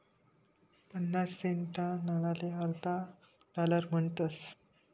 पन्नास सेंटना नाणाले अर्धा डालर म्हणतस